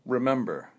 Remember